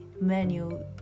menu